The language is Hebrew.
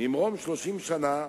ממרום 30 שנה,